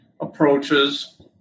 approaches